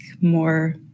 more